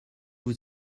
vous